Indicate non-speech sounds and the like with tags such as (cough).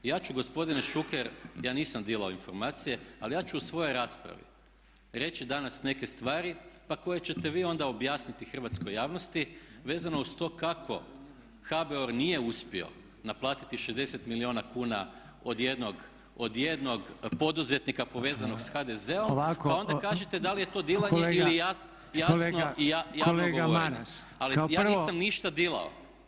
Ja ću gospodine Šuker, ja nisam dilao informacije ali ja ću u svojoj raspravi danas reći neke stvari, pa koje ćete vi onda objasniti hrvatskoj javnosti vezano uz to kako HBOR nije uspio naplatiti 60 milijuna kuna od jednog poduzetnika povezanog sa HDZ-om, pa onda kažete da li je to dilanje ili [[Upadica predsjednik: Ovako kolega.]] jasno i javno … (unintelligible) [[Upadica predsjednik: Kolega Maras …]] Ali ja nisam ništa dilao.